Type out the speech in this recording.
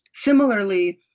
similarly,